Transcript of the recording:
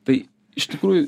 tai iš tikrųjų